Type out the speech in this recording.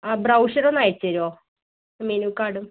ആ ബ്രോഷറും ഒന്ന് അയച്ച് തരുവോ മെനു കാർഡും